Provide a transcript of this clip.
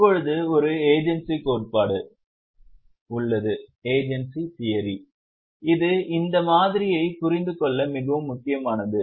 இப்போது ஒரு ஏஜென்சி கோட்பாடு உள்ளது இது இந்த மாதிரியைப் புரிந்து கொள்ள மிகவும் முக்கியமானது